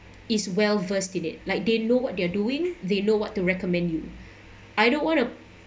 is well versed in it like they know what they're doing they know what to recommend you I don't want to